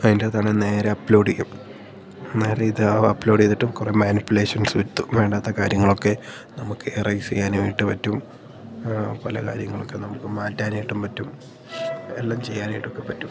അതിൻ്റത്താണെങ്കില് നേരെ അപ്ലോഡെയ്യും നേരെ ഇത് അപ്ലോഡ് ചെയ്തിട്ട് കുറേ മാനുപ്പുലേഷൻസ് വരുത്തും വേണ്ടാത്ത കാര്യങ്ങളൊക്കെ നമുക്ക് ഇറെയ്സ് ചെയ്യാനായിട്ട് പറ്റും പല കാര്യങ്ങളൊക്കെ നമുക്കു മാറ്റാനായിട്ടും പറ്റും എല്ലാം ചെയ്യാനായിട്ടൊക്കെ പറ്റും